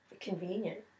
convenient